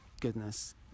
goodness